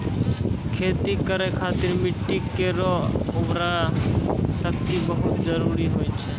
खेती करै खातिर मिट्टी केरो उर्वरा शक्ति बहुत जरूरी होय छै